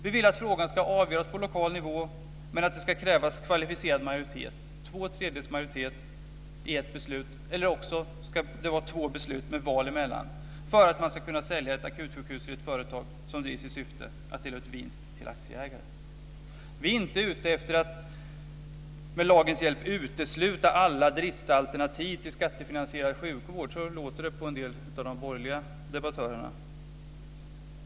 Vi vill att frågan ska avgöras på lokal nivå men att det ska krävas kvalificerad majoritet, två tredjedelars majoritet i ett beslut eller två beslut med val mellan, för att man ska kunna sälja ett akutsjukhus till ett företag som drivs i syfte att dela ut vinst till aktieägare. Vi är inte ute efter att med lagens hjälp utesluta alla driftsalternativ till skattefinansierad sjukvård. Så låter det på en del av de borgerliga debattörerna.